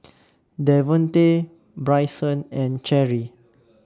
Davonte Brycen and Cheri